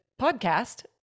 podcast